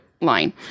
line